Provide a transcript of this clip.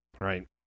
Right